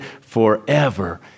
forever